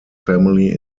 family